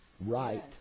right